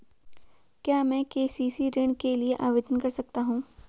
क्या मैं के.सी.सी ऋण के लिए आवेदन कर सकता हूँ?